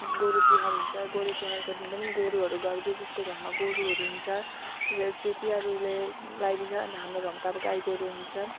गोरु तिहार हुन्छ गोरु तिहारको दिन पनि गोरुहरू घर जस जसको घरमा गोरुहरू हुन्छ त्यो त्यो तिहारहरूले लगाइदिन्छ अन्त हाम्रो गाउँमा त अब गाई गोरु हुन्छ